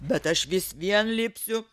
bet aš vis vien lipsiu